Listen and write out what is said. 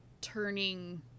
turning